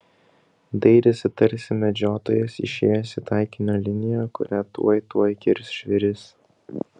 dairėsi tarsi medžiotojas išėjęs į taikinio liniją kurią tuoj tuoj kirs žvėris